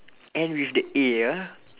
end with the A ah